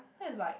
so is like